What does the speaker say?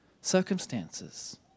circumstances